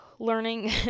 learning